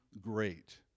great